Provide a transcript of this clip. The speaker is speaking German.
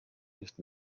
nicht